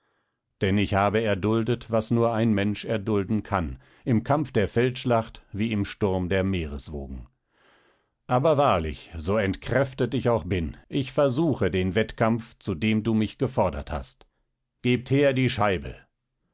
denn ich habe erduldet was nur ein mensch erdulden kann im kampf der feldschlacht wie in sturm der meereswogen aber wahrlich so entkräftet ich auch bin ich versuche den wettkampf zu dem du mich gefordert hast gebt her die scheibe